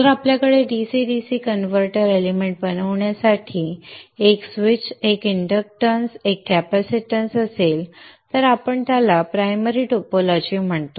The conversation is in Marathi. जर आपल्याकडे DC DC कनवर्टर एलिमेंट बनवण्यासाठी एक स्विच एक इंडक्टन्स एक कॅपॅसिटन्स असेल तर आपण त्याला प्रायमरी टोपोलॉजी म्हणतो